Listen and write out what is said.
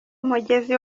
umugezi